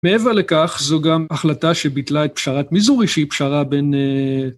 מעבר לכך, זו גם החלטה שביטלה את פשרת מיזורי שהיא פשרה בין...